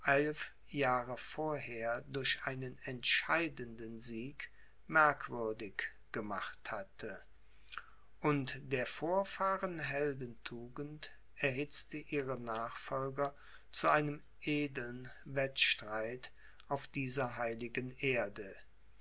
eilf jahre vorher durch einen entscheidenden sieg merkwürdig gemacht hatte und der vorfahren heldentugend erhitzte ihre nachfolger zu einem edeln wettstreit auf dieser heiligen erde